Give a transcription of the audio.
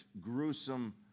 gruesome